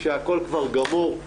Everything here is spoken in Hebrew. כשהכל כבר גמור,